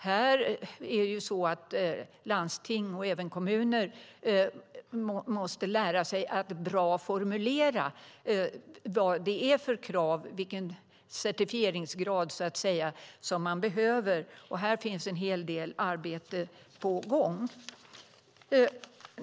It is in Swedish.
Här är det så att landsting och även kommuner måste lära sig att på ett bra sätt formulera vilka krav och certifieringsgrader som behövs. Här finns en hel del arbete på gång.